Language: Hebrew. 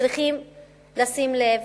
צריכים לשים לב,